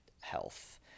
health